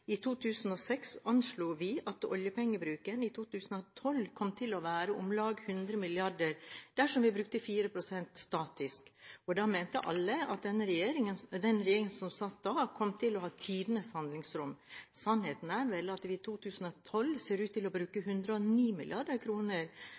I 2006 anslo vi at oljepengebruken i 2012 kom til å være på om lag 100 mrd. kr dersom vi brukte 4 pst. statisk. Da mente alle at den regjeringen som satt da, kom til å ha tidenes handlingsrom. Sannheten er at vi i 2012 ser ut til å bruke